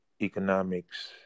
economics